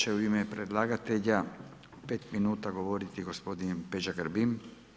Sada će u ime predlagatelja 5 minuta govoriti gospodin Peđa Grbin.